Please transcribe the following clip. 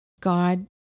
God